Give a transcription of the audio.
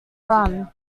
run